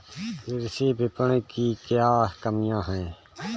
कृषि विपणन की क्या कमियाँ हैं?